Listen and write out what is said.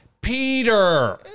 Peter